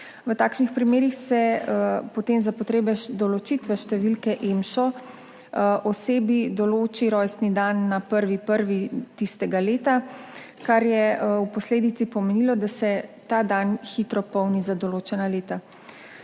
V takšnih primerih se potem za potrebe določitve številke EMŠO osebi določi rojstni dan na 1. 1. tistega leta, kar je posledično pomenilo, da se ta dan hitro polni za določena leta.